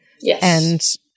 Yes